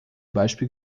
beispiel